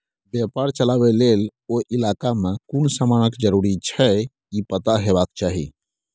बेपार चलाबे लेल ओ इलाका में कुन समानक जरूरी छै ई पता हेबाक चाही